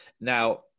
Now